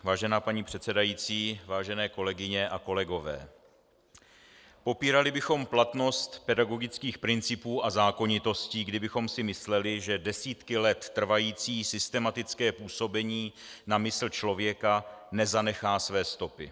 Vážená paní předsedající, vážené kolegyně a kolegové, popírali bychom platnost pedagogických principů a zákonitostí, kdybychom si mysleli, že desítky let trvající systematické působení na mysl člověka nezanechá své stopy.